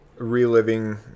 reliving